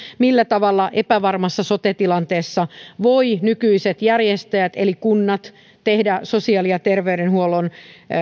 millä tavalla epävarmassa sote tilanteessa voivat nykyiset järjestäjät eli kunnat tehdä sosiaali ja terveydenhuollon